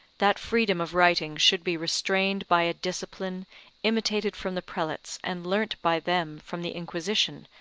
that freedom of writing should be restrained by a discipline imitated from the prelates and learnt by them from the inquisition,